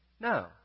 No